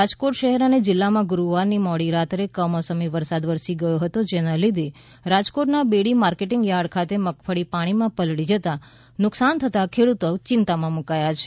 રાજકોટ શહેર અને જિલ્લામાં ગુરૂવારની મોડી રાત્રે કમોસમી વરસાદ વરસી ગયો હતો જેના લીધે રાજકોટના બેડી માર્કેટિંગ થાર્ડ ખાતે મગફળી પાણીમાં પલળી જતા નુકસાન થતા ખેડૂતો ચિંતામાં મુકાયા છે